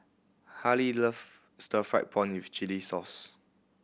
Halie love stir fried prawn with chili sauce